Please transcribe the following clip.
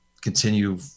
continue